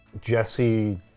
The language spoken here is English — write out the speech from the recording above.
Jesse